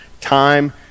time